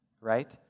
right